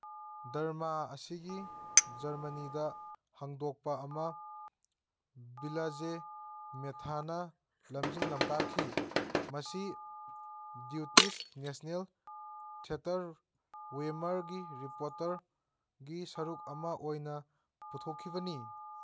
ꯗꯔꯃꯥ ꯑꯁꯤꯒꯤ ꯖꯔꯃꯅꯤꯗ ꯍꯪꯗꯣꯛꯄ ꯑꯃ ꯕꯤꯂꯖꯦ ꯃꯦꯊꯥꯅ ꯂꯝꯖꯤꯡ ꯂꯝꯇꯥꯛꯈꯤ ꯃꯁꯤ ꯗ꯭ꯌꯨꯇꯤꯁ ꯅꯦꯁꯅꯦꯜ ꯊꯦꯇꯔ ꯋꯦꯃꯔꯒꯤ ꯔꯤꯄꯣꯇꯔꯒꯤ ꯁꯔꯨꯛ ꯑꯃ ꯑꯣꯏꯅ ꯄꯨꯊꯣꯛꯈꯤꯕꯅꯤ